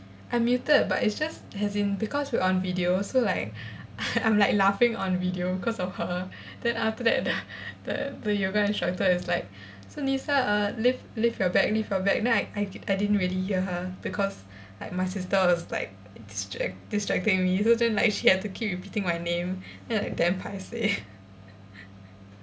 I muted but it's just as in because you are on videos so like I'm like laughing on video because of her then after that the the the yoga instructor is like so lisa err lift lift you back lift your back then I I I didn't really hear her because like my sister was like distract distracting me so then like she had to keep repeating my name then I like damn paiseh